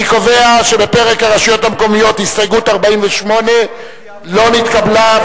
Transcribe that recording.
אני קובע שבפרק הרשויות המקומיות הסתייגות 48 לא נתקבלה.